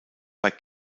bei